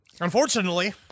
Unfortunately